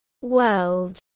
world